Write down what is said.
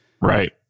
Right